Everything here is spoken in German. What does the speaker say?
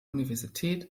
universität